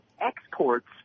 exports